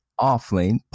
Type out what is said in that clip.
Offlane